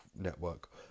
network